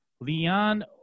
Leon